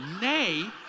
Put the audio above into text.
Nay